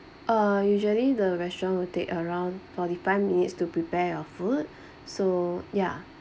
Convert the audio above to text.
uh usually the restaurant will take around forty five minutes to prepare your food so ya